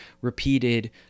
repeated